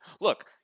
look